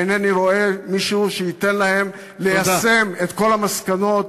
ואינני רואה מישהו שייתן לה ליישם את כל המסקנות